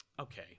okay